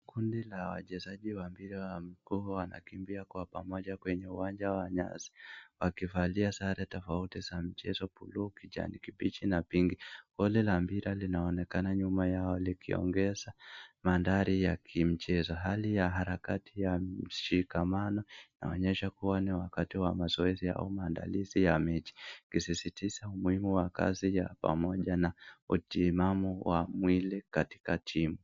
Kundi la wachezaji wa mpira wa miguu wanakimbia kwa pamoja kwenye uwanja wa nyasi. Wakivalia sare tofauti za mchezo , buluu, kijani kibichi pinki. Goli la mpira linaonekana nyuma yao likiongeza mandhari ya kimchezo hali ya harakati ya mshikamano inaonesha kuwa ni wakati wa mazao au maandalizi ya mechi . Ukisisitiza umuhimu ya kazi ya pamoja na utimamu ya mwili katika timu.